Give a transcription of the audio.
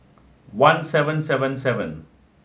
one seven seven seven